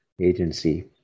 Agency